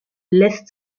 lässt